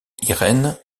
irene